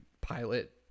pilot